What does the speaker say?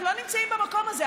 אנחנו לא נמצאים במקום הזה.